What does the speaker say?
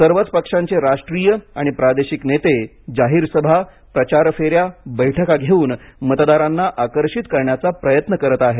सर्वच पक्षांचे राष्ट्रीय आणि प्रादेशिक नेते जाहीर सभा प्रचार फेन्या बैठका घेऊन मतदारांना आकर्षित करण्याचा प्रयत्न करत आहेत